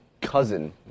cousin